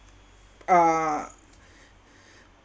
uh